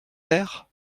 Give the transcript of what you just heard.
vert